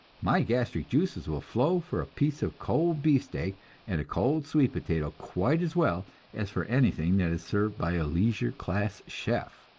my gastric juices will flow for a piece of cold beefsteak and a cold sweet potato, quite as well as for anything that is served by a leisure class chef.